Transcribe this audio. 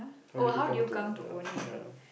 how did you come to a ya ya